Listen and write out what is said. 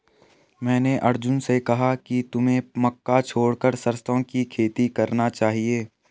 मैंने अर्जुन से कहा कि तुम्हें मक्का छोड़कर सरसों की खेती करना चाहिए